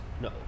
No